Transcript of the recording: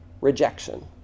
rejection